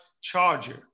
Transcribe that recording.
Charger